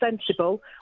sensible